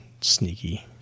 Sneaky